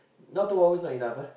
now two hours not enough ah